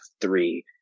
three